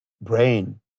brain